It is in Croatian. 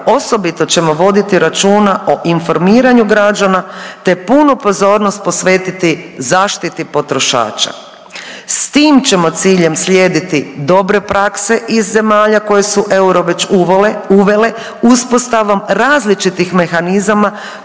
osobito ćemo voditi računa o informiranju građana, te punu pozornost posvetiti zaštiti potrošača. S tim ćemo ciljem slijediti dobre prakse iz zemalja koje su euro već uvele, uspostavom različitih mehanizama